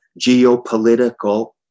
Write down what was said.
geopolitical